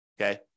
Okay